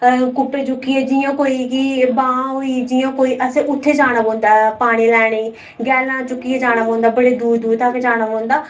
coupe चुक्कियै जियां कोई जी बांऽ होई गेई असें उत्थै जाना पौंदा ऐ पानी लैने गी गैलनां चुक्कियै जाना पौंदा बडे़ दूर दूर तक जाना पौंदा